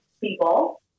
people